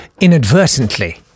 inadvertently